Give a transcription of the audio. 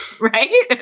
Right